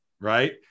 Right